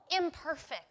imperfect